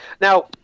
Now